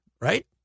right